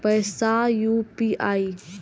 पैसा यू.पी.आई?